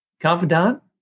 Confidant